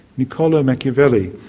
niccolo machiavelli,